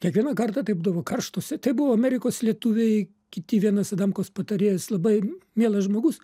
kiekvieną kartą tai būdavo karštos tai buvo amerikos lietuviai kiti vienas adamkaus patarėjas labai mielas žmogus